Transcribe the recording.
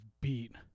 beat